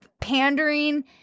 pandering